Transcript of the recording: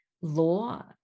law